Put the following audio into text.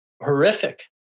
horrific